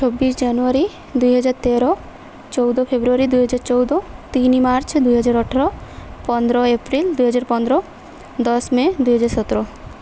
ଛବିଶ ଜାନୁୟାରୀ ଦୁଇହଜାର ତେର ଚଉଦ ଫେବୃଆରୀ ଦୁଇହଜାର ଚଉଦ ତିନି ମାର୍ଚ୍ଚ ଦୁଇହଜାର ଅଠର ପନ୍ଦର ଏପ୍ରିଲ୍ ଦୁଇହଜାର ପନ୍ଦର ଦଶ ମେ ଦୁଇହଜାର ସତର